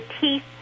teeth